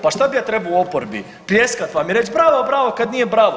Pa što bi ja trebao u oporbi pljeskati vam i reći bravo, bravo kada nije bravo.